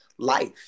life